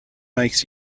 makes